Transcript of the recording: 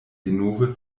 denove